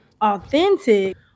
authentic